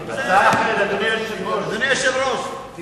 אדוני היושב-ראש, הצעה אחרת.